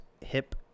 hip